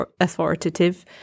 authoritative